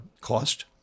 cost